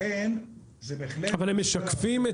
לכן, זה בהחלט --- רגע,